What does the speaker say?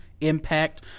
impact